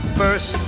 first